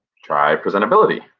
try presentability.